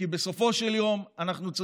בסופו של יום, סליחה?